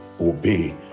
obey